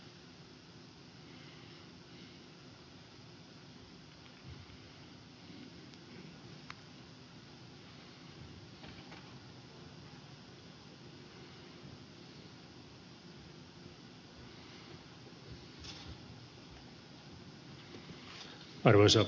arvoisa puhemies